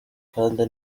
kandi